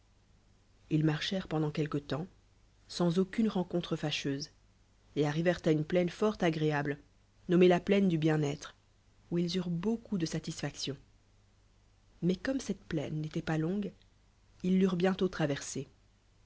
ils marchèrent pendaut quelque temps sans aucune rencontre bcheuse et arrivèrent une plaine fort agréable nommée la plaine du bienêlre où ils e rent beaucoup de satiifaction mais comme cette plaint n'était pas longue ils l'eurentbientôi traversée